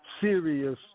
serious